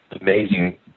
amazing